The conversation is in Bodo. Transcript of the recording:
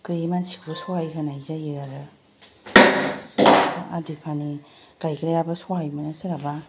गैयि मानसिखौ सहाय होनाय जायो आरो आदि खालनि गायग्रायाबो सहाय मोनो सोरहाबा